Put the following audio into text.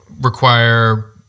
require